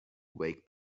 wake